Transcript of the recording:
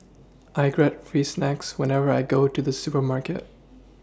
I get free snacks whenever I go to the supermarket